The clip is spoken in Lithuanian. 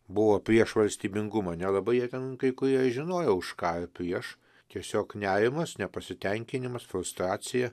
buvo prieš valstybingumą nelabai jie ten kai kurie žinojo už ką prieš tiesiog nerimas nepasitenkinimas frustracija